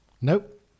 Nope